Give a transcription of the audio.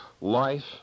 life